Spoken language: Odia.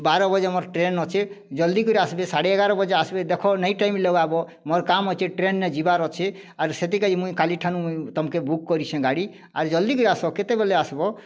ବାର ବଜେ ମୋର୍ ଟ୍ରେନ୍ ଅଛେ ଜଲ୍ଦୀକରି ଆସବେ ସାଢ଼େ ଏଗାର ବଜେ ଆସବେ ଦେଖ ନେଇଁ ଟାଇମ୍ ଲଗାବ କାମ୍ ଅଛେ ମୋର୍ ଟ୍ରେନ୍ନେ ଯିବାର ଅଛେ ଆରୁ ସେଥିକାଜି ମୁଇଁ କାଲିଠାନୁ ମୁଇଁ ତମକେ ବୁକ୍ କରିଛେଁ ଗାଡ଼ି ଆରୁ ଜଲ୍ଦୀକରି ଆସ କେତେବେଲେ ଆସବ